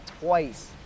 twice